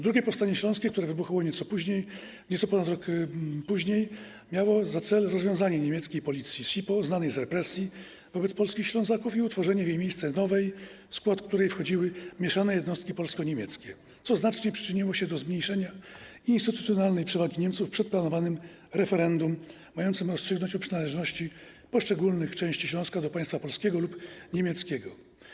II powstanie śląskie, które wybuchło nieco ponad rok później, miało na celu rozwiązanie niemieckiej policji SiPo znanej z represji wobec polskich Ślązaków i utworzenie w jej miejsce nowej, w skład której wchodziłyby mieszane jednostki polsko-niemieckie, co znacznie przyczyniłoby się do zmniejszenia instytucjonalnej przewagi Niemców przed planowanym referendum mającym rozstrzygnąć o przynależności poszczególnych części Śląska do państwa polskiego lub niemieckiego.